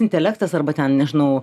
intelektas arba ten nežinau